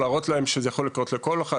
להראות להם שזה יכול לקרות לכל אחד,